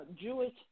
Jewish